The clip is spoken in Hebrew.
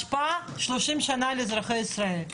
יש כאן השפעה ל-30 שנה על אזרחי ישראל.